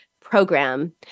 program